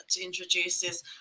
introduces